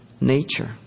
nature